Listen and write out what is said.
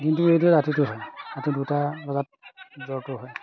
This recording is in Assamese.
দিনটো এইটো ৰাতিটো হয় ৰাতি দুটা বজাত জ্বৰটো হয়